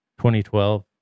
2012